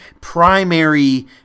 primary